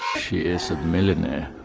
she is a millionaire!